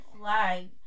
flag